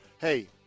hey